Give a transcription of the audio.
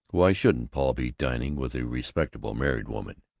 why shouldn't paul be dining with a respectable married woman?